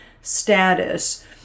status